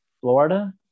Florida